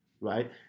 Right